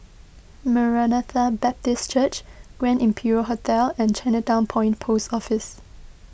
Maranatha Baptist Church Grand Imperial Hotel and Chinatown Point Post Office